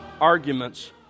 arguments